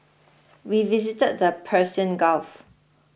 we visited the Persian Gulf